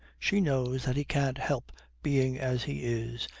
she knows that he can't help being as he is,